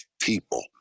people